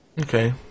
Okay